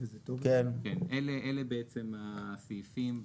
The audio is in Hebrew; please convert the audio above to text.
אלה הסעיפים.